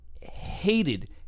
hated